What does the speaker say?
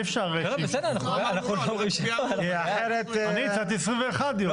אני הצעתי 21 יום.